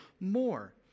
more